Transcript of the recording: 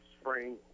spring